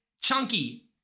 chunky